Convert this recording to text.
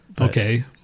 Okay